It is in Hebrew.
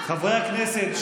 חברי הכנסת,